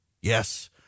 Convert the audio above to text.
Yes